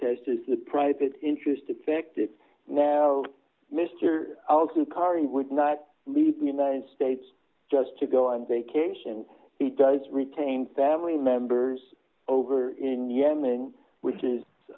says the private interest effective now mr carney would not leave the united states just to go on vacation it does retain family members over in yemen which is